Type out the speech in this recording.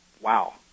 wow